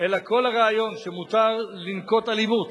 אלא כל הרעיון שמותר לנקוט אלימות,